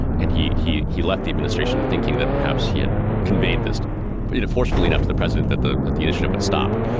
and he he he left the administration thinking that perhaps he had conveyed this you know forcefully enough to the president that the that the initiative would stop,